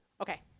Okay